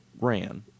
ran